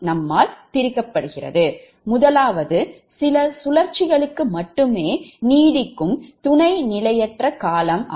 ஒன்றுவது முதல் சில சுழற்சிகளுக்கு மட்டுமே நீடிக்கும் துணை நிலையற்ற காலம்